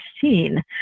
seen